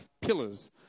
pillars